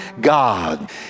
God